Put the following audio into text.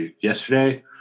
yesterday